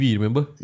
Remember